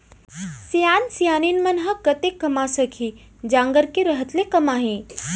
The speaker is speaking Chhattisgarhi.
सियान सियनहिन मन ह कतेक कमा सकही, जांगर के रहत ले कमाही